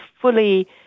fully